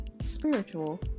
spiritual